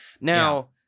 Now